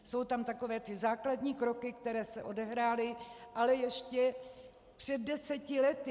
Jsou tam takové ty základní kroky, které se odehrály, ale ještě před deseti lety.